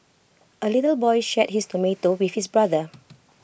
the little boy shared his tomato with his brother